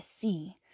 see